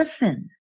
listen